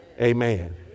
Amen